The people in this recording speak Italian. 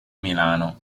milano